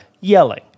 yelling